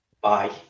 bye